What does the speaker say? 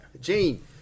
Gene